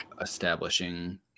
establishing